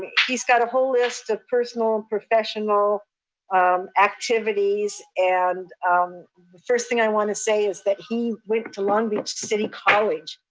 he's got a whole list of personal and professional activities. and the first thing i want to say is that he went to long beach city college.